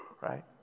right